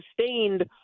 sustained